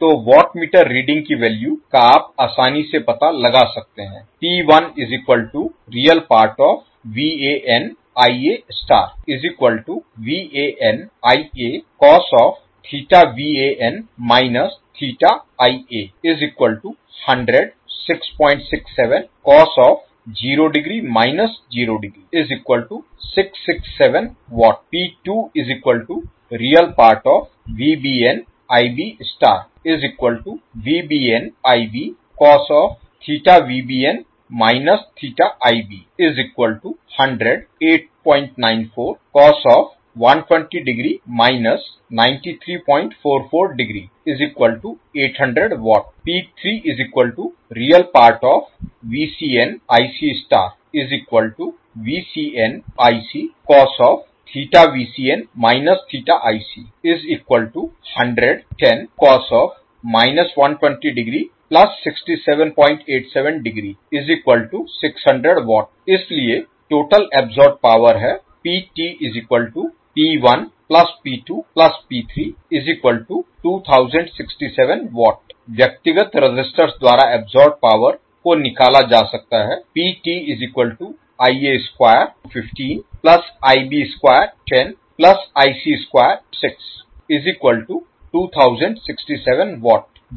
तो watt meter reading की value का आप आसानी से पता लगा सकते हैं इसलिए टोटल अब्सोर्बेड पावर है व्यक्तिगत रेसिस्टर्स द्वारा अब्सोर्बेड पावर को निकाला जा सकता है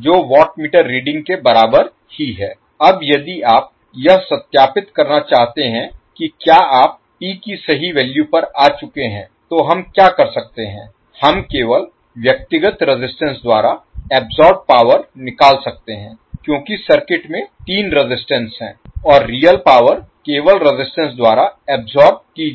जो वाट मीटर रीडिंग के बराबर ही है अब यदि आप यह सत्यापित करना चाहते हैं कि क्या आप पी की सही वैल्यू पर आ चुके हैं तो हम क्या कर सकते हैं हम केवल व्यक्तिगत रेजिस्टेंस द्वारा अब्सोर्बेड पावर निकाल सकते हैं क्योंकि सर्किट में तीन रेजिस्टेंस हैं और रियल पावर केवल रेजिस्टेंस द्वारा अब्सोर्ब की जाएगी